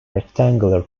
rectangular